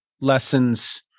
lessons